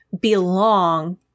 belong